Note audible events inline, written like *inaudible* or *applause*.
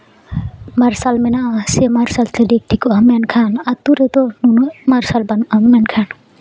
ᱢᱟᱨᱥᱟᱞ ᱢᱮᱱᱟᱜᱼᱟ ᱥᱮ ᱢᱟᱨᱥᱟᱞ *unintelligible* ᱦᱟᱢᱮᱴ ᱠᱷᱟᱱ ᱟᱛᱳ ᱨᱮᱫᱚ ᱩᱱᱟᱹᱜ ᱢᱟᱨᱥᱟᱞ ᱵᱟᱹᱱᱩᱜᱼᱟ ᱢᱮᱱᱠᱷᱟᱱ